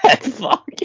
Fuck